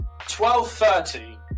12.30